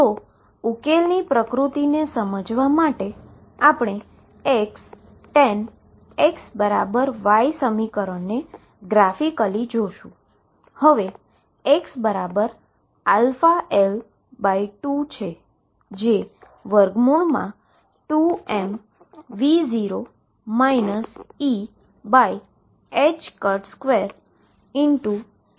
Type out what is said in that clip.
તેથી ઉકેલની પ્રકૃતિને સમજવા માટે આપણે X tan XY સમીકરણને ગ્રાફિકલી જોશું